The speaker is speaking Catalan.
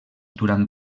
durant